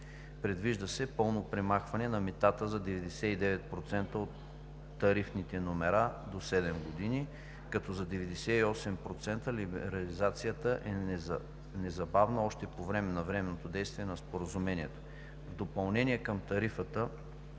Предвижда се пълно премахване на митата за 99% от тарифните номера до седем години, като за 98% либерализацията е незабавна още по време на временното действие на Споразумението. В допълнение към тарифната